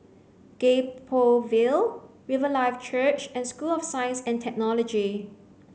Gek Poh Ville Riverlife Church and School of Science and Technology